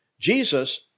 Jesus